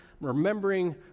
remembering